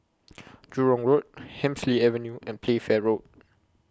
Jurong Road Hemsley Avenue and Playfair Road